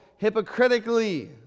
hypocritically